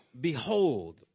Behold